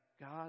God